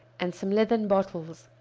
and some leathern bottles.